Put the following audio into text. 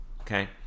okay